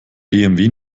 bmw